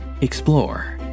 Explore